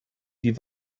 die